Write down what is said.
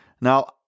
Now